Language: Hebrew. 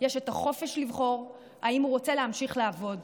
יש את החופש לבחור אם הוא רוצה להמשיך לעבוד.